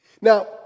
Now